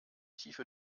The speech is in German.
tiefe